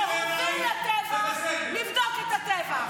שהוביל לטבח, לבדוק את הטבח?